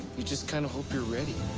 you just kind of hope you're ready.